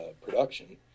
production